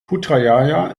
putrajaya